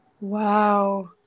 Wow